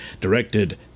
directed